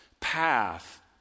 path